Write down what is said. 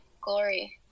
glory